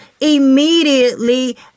Immediately